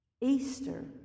Easter